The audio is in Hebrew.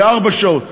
לארבע שעות?